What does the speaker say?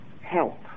help